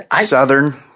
Southern